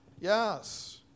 Yes